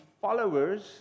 followers